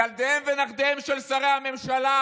ילדיהם ונכדיהם של שרי הממשלה,